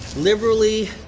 liberally,